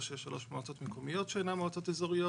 ראשי שלוש מועצות מקומיות שאינן מועצות אזוריות